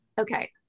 Okay